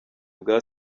bwa